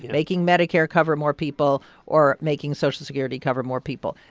making medicare cover more people or making social security cover more people.